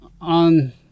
on